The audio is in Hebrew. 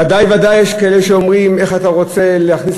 ודאי וודאי יש כאלה שאומרים: איך אתה רוצה להכניס